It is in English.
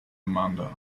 amanda